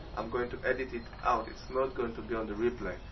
i'm going to edit it out it's not going to be on the replay.